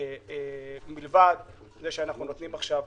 לכך שמלבד שאנחנו נותנים עכשיו